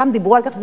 חלקם דיברו על זה,